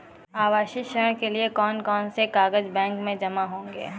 आवासीय ऋण के लिए कौन कौन से कागज बैंक में जमा होंगे?